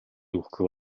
өгөхгүй